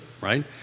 right